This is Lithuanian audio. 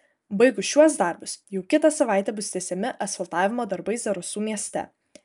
baigus šiuos darbus jau kitą savaitę bus tęsiami asfaltavimo darbai zarasų mieste